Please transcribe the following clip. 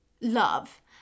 love